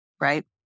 right